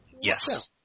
Yes